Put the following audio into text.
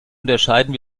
unterscheiden